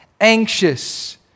anxious